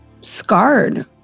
scarred